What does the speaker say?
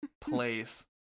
place